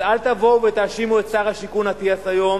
אז אל תבואו ותאשימו את שר השיכון אטיאס, היום,